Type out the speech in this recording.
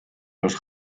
los